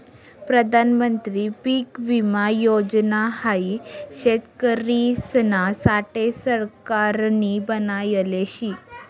प्रधानमंत्री पीक विमा योजना हाई शेतकरिसना साठे सरकारनी बनायले शे